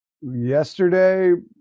yesterday